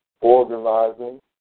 organizing